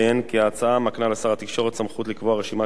כי ההצעה מקנה לשר התקשורת סמכות לקבוע רשימת שירותים